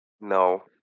No